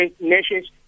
Nations